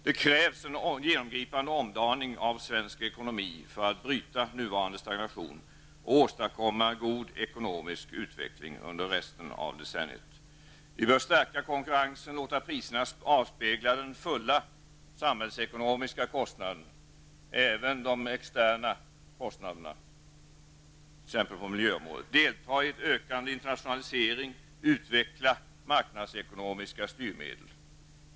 Det krävs en genomgripande omdaning av svensk ekonomi för att bryta nuvarande stagnation och åstadkomma en god ekonomisk utveckling under resten av decenniet. Vi bör stärka konkurrensen och låta priserna avspegla den fulla samhällsekonomiska kostnaden -- även de externa kostnaderna på t.ex. miljöområdet --, delta i den ökande internationaliseringen och utveckla marknadsekonomiska styrmedel.